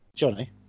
Johnny